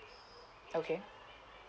okay